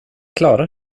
klara